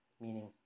meaning